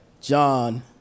John